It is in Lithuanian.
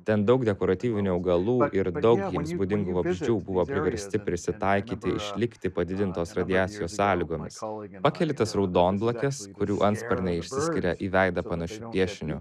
ten daug dekoratyvinių augalų ir daug jiems būdingų vabzdžių buvo priversti prisitaikyti išlikti padidintos radiacijos sąlygomis pakeli tas raudonblakes kurių antsparniai išsiskiria į veidą panašiu piešiniu